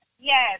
Yes